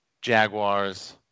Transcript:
Jaguars